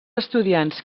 estudiants